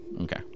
Okay